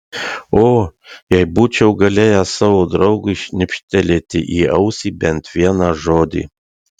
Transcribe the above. o jei būčiau galėjęs savo draugui šnibžtelėti į ausį bent vieną žodį